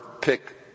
pick